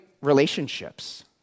relationships